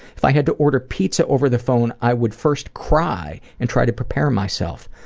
if i had to order pizza over the phone i would first cry and try to prepare myself,